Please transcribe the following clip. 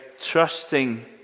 trusting